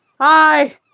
Hi